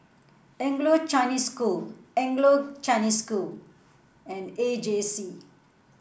Anglo Chinese School Anglo Chinese School and A J C